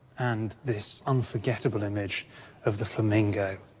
and this unforgettable image of the flamingo.